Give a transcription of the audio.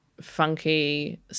funky